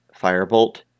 Firebolt